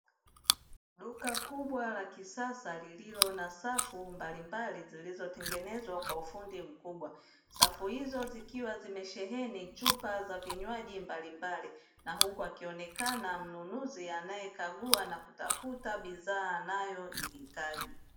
Duka kubwa la kisasa lililo na safu mbalimbali zilizotengenezwa kwa ufundi mkubwa, safu hizo zikiwa zimesheheni chupa za vinywaji mbalimbali na huku akionekana mnunuzi anayekagua na kutafuta bidhaa anayohitaji.